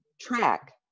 track